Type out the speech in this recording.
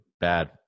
bad